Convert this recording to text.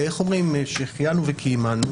שהחיינו וקיימנו